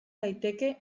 daiteke